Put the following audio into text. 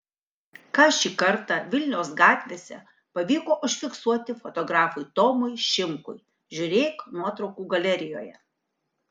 ką šį kartą vilniaus gatvėse pavyko užfiksuoti fotografui tomui šimkui žiūrėk nuotraukų galerijoje